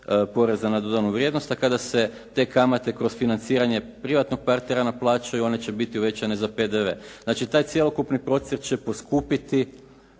poreza na dodanu vrijednost, a kada se te kamate kroz financiranje privatnog partnera naplaćuju, one će biti uvećane za PDV. Znači, taj cjelokupni procjep će poskupiti,